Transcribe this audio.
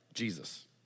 Jesus